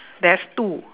there's two